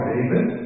David